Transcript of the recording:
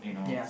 yeah